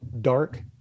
dark